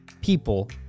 people